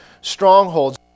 strongholds